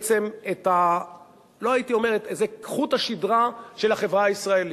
בעצם זה חוט השדרה של החברה הישראלית.